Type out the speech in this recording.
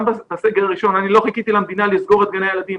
גם בסגר הראשון לא חיכיתי למדינה כדי לסגור את גני הילדים.